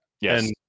Yes